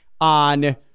on